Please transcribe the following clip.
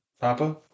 Papa